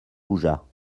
bougea